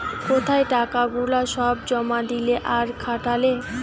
কোথায় টাকা গুলা সব জমা দিলে আর খাটালে